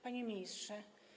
Panie Ministrze!